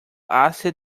hace